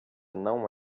não